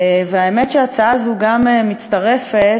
והאמת שההצעה הזאת גם מצטרפת,